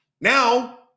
Now